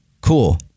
cool